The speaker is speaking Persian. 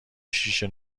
شیشه